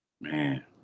man